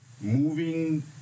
moving